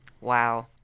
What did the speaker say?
Wow